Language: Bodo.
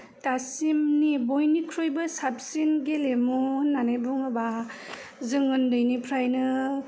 दासिमनि बयनिख्रुइबो साबसिन गेलेमु होन्नानै बुङोबा जों ओनदैनिफ्रायनो